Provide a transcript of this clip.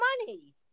money